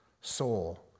soul